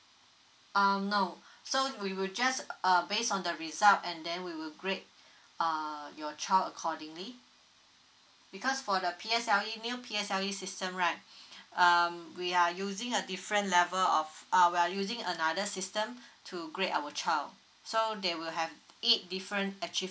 um no so we will just err based on the result and then we will grade uh your child accordingly because for the psle psle system right um we are using a different level of uh we are using another system to grade our child so they will have eight different achieve